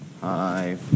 Hi